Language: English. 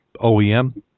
OEM